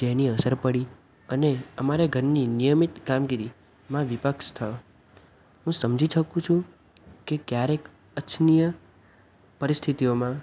જેની અસર પડી અને અમારે ઘરની નિયમિત કામગીરીમાં વિક્ષેપ થયો હું સમજી શકું છું કે ક્યારેક અનિચ્છનિય પરિસ્થિતિઓમાં